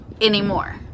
anymore